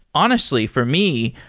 honestly for me,